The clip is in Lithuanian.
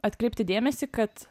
atkreipti dėmesį kad